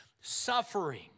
suffering